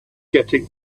getting